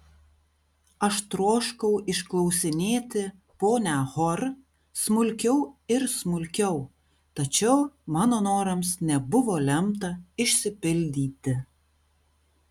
aš troškau išklausinėti ponią hor smulkiau ir smulkiau tačiau mano norams nebuvo lemta išsipildyti